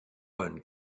one